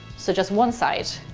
so just one side,